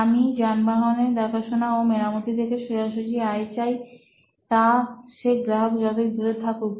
আমরা যানবাহনের দেখাশোনা ও মেরামত থেকে সোজা আয় চাই তা সে গ্রাহক যতই দূরে থাকুক